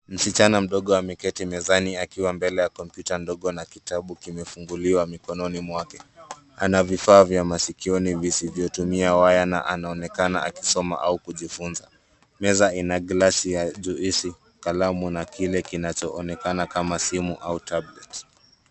Msichana mdogo ameketi mezani akiwa mbele ya kompyuta ndogo na kitabu kimefunguliwa mikono mwake. Ana vifaa vya masikioni visivyotumia waya na anaonekana akisoma au kujifunza. Meza ina glasi ya juisi, kalamu na kile kinachoonekana kama simu au tablet .